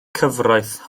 cyfraith